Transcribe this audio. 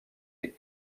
les